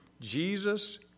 Jesus